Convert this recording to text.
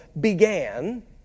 began